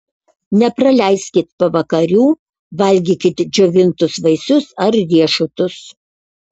nepraleiskit pavakarių valgykit džiovintus vaisius ar riešutus